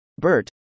BERT